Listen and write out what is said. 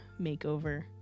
makeover